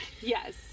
Yes